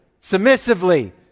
submissively